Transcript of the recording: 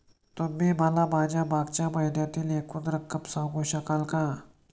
तुम्ही मला माझ्या मागच्या महिन्यातील एकूण रक्कम सांगू शकाल का?